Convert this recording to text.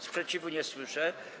Sprzeciwu nie słyszę.